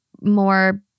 more